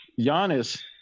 Giannis